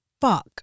fuck